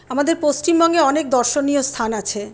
আমাদের পশ্চিমবঙ্গে অনেক দর্শনীয় স্থান আছে